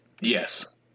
yes